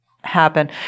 happen